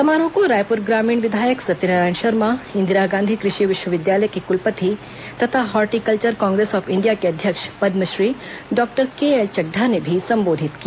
समारोह को रायपुर ग्रामीण विधायक सत्यनारायण शर्मा इंदिरा गांधी कृषि विश्वविद्यालय के कुलपति तथा हार्टिकल्वर कांग्रेस ऑफ इंडिया के अध्यक्ष पद्मश्री डॉक्टर केएल चड्ढा ने भी संबोधित किया